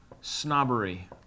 snobbery